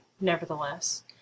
nevertheless